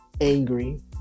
Angry